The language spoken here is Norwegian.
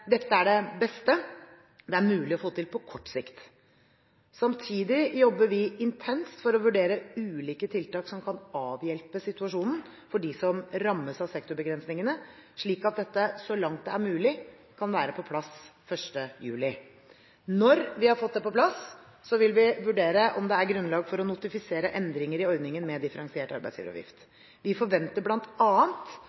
beste det er mulig å få til på kort sikt. Samtidig jobber vi intenst med å vurdere ulike tiltak som kan avhjelpe situasjonen for dem som rammes av sektorbegrensningene, slik at dette så langt det er mulig, kan være på plass 1. juli. Når vi har fått det på plass, vil vi vurdere om det er grunnlag for å notifisere endringer i ordningen med differensiert